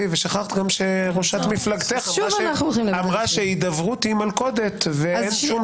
ושכחת שראשת מפלגתך אמרה שהידברות היא מלכודת ואין שום